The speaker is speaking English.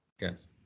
Yes